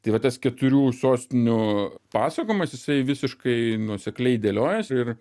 tai va tas keturių sostinių pasakojimas jisai visiškai nuosekliai dėliojas ir